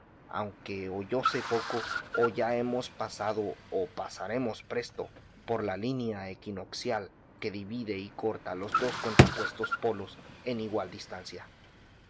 aunque o yo sé poco o ya hemos pasado o pasaremos presto por la línea equinocial que divide y corta los dos contrapuestos polos en igual distancia